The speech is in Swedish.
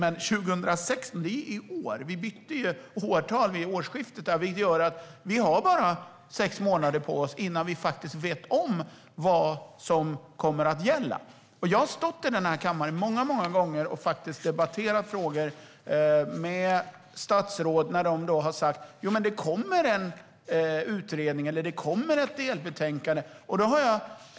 Men 2016 är i år; vi bytte ju årtal vid årsskiftet. Vi har bara sex månader på oss tills vi faktiskt vet vad som kommer att gälla. Jag har stått i den här kammaren många, många gånger och debatterat med statsråd som har sagt att det kommer en utredning eller ett delbetänkande.